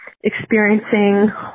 experiencing